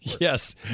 Yes